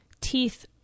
teeth